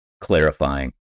clarifying